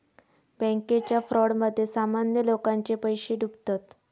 बॅन्केच्या फ्रॉडमध्ये सामान्य लोकांचे पैशे डुबतत